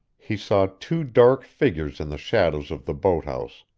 he saw two dark figures in the shadows of the boat house,